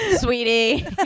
sweetie